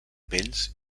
pells